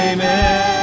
Amen